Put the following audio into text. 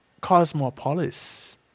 cosmopolis